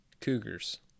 Cougars